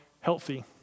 healthy